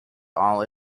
all